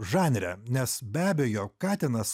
žanre nes be abejo katinas